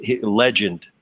legend